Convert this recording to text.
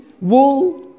wool